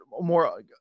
more